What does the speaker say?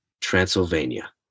transylvania